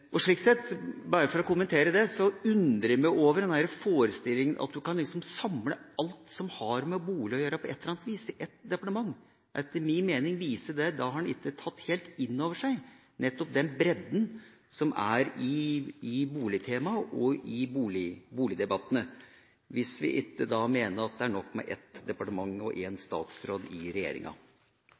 måte. Slik sett – bare for å kommentere det – undrer jeg meg litt over denne forestillinga om at en bare kan samle alt som på et eller annet vis har med bolig å gjøre, i ett departement. Etter min mening viser det at en ikke har tatt helt inn over seg nettopp den bredden som er i boligtemaet og i boligdebattene – hvis vi ikke da mener at det er nok med ett departement og én statsråd i regjeringa.